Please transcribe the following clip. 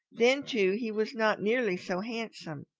then too, he was not nearly so handsome.